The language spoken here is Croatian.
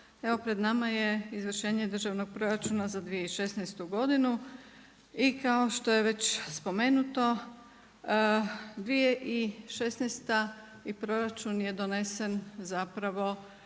Evo pred nama je Izvršenje Državnog proračuna za 2016. godinu i kao što je već spomenuto 2016. i proračun je donesen zapravo